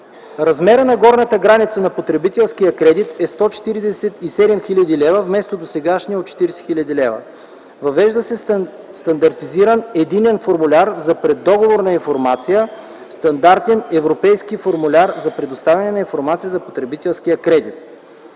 Размерът на горната граница на потребителския кредит е 147 хил. лв. вместо досегашните 40 хил. лв. Въвежда се стандартизиран единен формуляр за преддоговорна информация – „Стандартен европейски формуляр за предоставяне на информация за потребителския кредит”.